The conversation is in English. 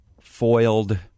foiled